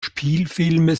spielfilme